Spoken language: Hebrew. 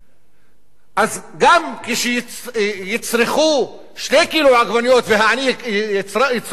אז גם כשיצרכו 2 ק"ג עגבניות והעני יצרוך 200 גרם,